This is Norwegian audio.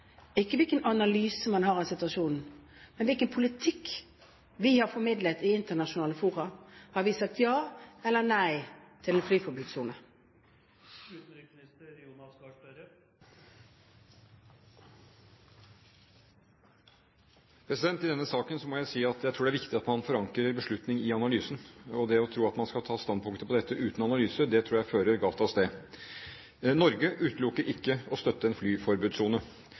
er ikke hvilken analyse man har av situasjonen, men hvilken politikk vi har formidlet i internasjonale fora. Har vi sagt ja eller nei til en flyforbudssone? I denne saken må jeg si at jeg tror det er viktig at man forankrer en beslutning i analysen. Og det å tro at man skal ta standpunkter i dette uten analyse, tror jeg fører galt av sted. Norge utelukker ikke å støtte en flyforbudssone.